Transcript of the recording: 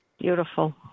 Beautiful